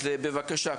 אז בבקשה,